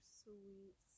sweet